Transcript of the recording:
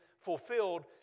fulfilled